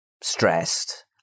stressed